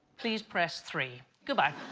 please press three. goodbye